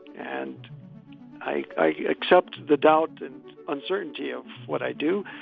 and i accept the doubt and uncertainty of what i do.